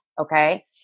okay